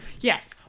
Yes